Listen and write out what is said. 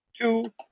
two